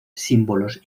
símbolos